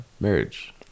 marriage